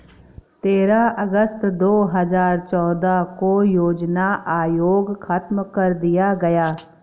तेरह अगस्त दो हजार चौदह को योजना आयोग खत्म कर दिया गया